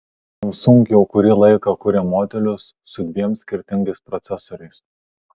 samsung jau kurį laiką kuria modelius su dviem skirtingais procesoriais